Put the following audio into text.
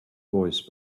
voice